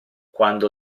quando